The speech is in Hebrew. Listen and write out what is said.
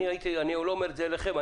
אני לא אומר את זה לכם.